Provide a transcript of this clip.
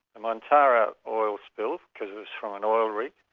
the montara oil spill, because it was from an oil rig,